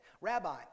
Rabbi